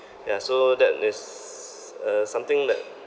ya so that there's a something that